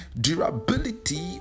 durability